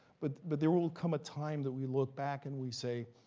but but there will come a time that we look back and we say,